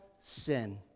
sin